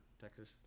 Texas